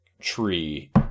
tree